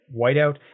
Whiteout